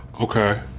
Okay